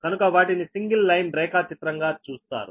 కనుక వాటిని single line రేఖాచిత్రం గా చూస్తారు